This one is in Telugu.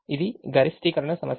ఇది గరిష్టీకరణ సమస్య